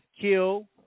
kill